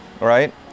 right